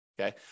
okay